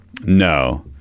no